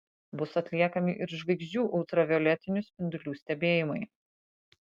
bus atliekami ir žvaigždžių ultravioletinių spindulių stebėjimai